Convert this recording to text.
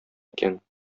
икән